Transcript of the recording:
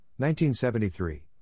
1973